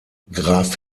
graf